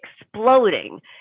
exploding